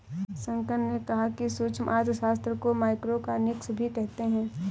शंकर ने कहा कि सूक्ष्म अर्थशास्त्र को माइक्रोइकॉनॉमिक्स भी कहते हैं